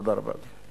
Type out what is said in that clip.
תודה רבה, לך.